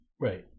right